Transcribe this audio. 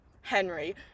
Henry